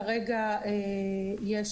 כרגע יש